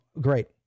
great